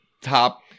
top